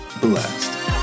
blessed